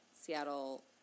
Seattle